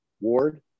Ward